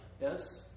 Yes